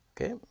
Okay